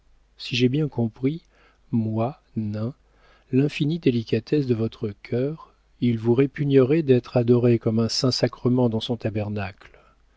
si j'ai bien compris moi nain l'infinie délicatesse de votre cœur il vous répugnerait d'être adorée comme un saint-sacrement dans son tabernacle